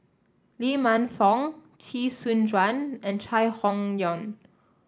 Lee Man Fong Chee Soon Juan and Chai Hon Yoong